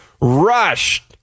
rushed